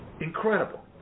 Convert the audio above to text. Incredible